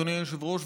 אדוני היושב-ראש,